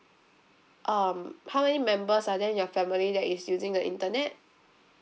um how many members are there in your family that is using the internet